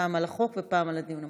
פעם על החוק ופעם על הדיון המוקדם,